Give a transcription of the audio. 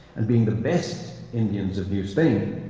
and being the best indians of new spain,